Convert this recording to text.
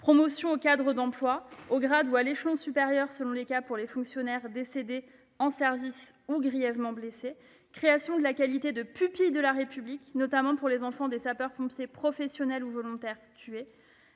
promotion au cadre d'emploi, au grade ou à l'échelon supérieur selon les cas pour les fonctionnaires décédés en service ou grièvement blessés, la création de la qualité de pupille de la République, notamment pour les enfants des sapeurs-pompiers professionnels ou volontaires tués,